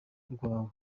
rwawe